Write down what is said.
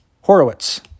horowitz